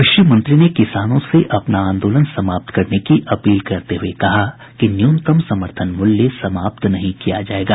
कृषि मंत्री ने किसानों से अपना आंदोलन समाप्तकरने की अपील करते हुये कहा कि न्यूनतम समर्थन मूल्य समाप्त नहीं किया जायेगा